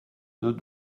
deux